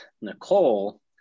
Nicole